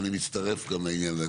ואני מצטרף גם לעניין הזה.